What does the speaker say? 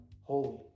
holy